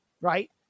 right